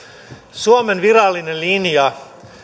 suomen virallinen linja